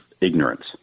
ignorance